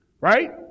right